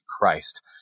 Christ